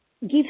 give